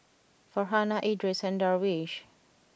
Farhanah Idris and Darwish